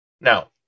Now